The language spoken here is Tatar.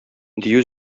дию